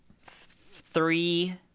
three